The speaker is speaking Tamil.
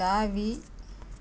தாவி